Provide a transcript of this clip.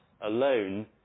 alone